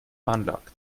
veranlagt